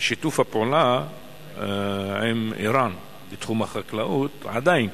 שיתוף הפעולה עם אירן בתחום החקלאות עדיין קיים.